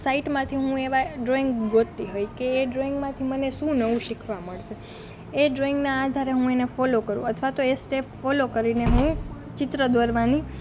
સાઇટમાંથી હું એવાં ડ્રોઈંગ ગોતતી હોંવ કે એ ડ્રોઇંગમાંથી મને શું નવું શીખવાં મળશે એ ડ્રોઇંગનાં આધારે હું એને ફોલો કરું અથવા તો એ સ્ટેપ ફોલો કરીને હું ચિત્ર દોરવાની